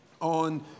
on